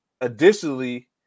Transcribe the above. Additionally